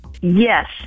Yes